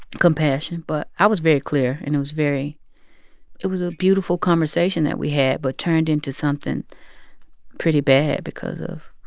compassion. but i was very clear, and it was very it was a beautiful conversation that we had but turned into something pretty bad because of,